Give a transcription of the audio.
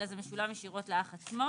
אלא זה משולם ישירות לאח עצמו,